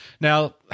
now